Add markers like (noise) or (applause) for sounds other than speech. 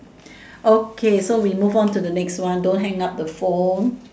(breath) okay so we move on to the next one don't hang up the phone